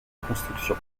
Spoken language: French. construction